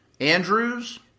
Andrews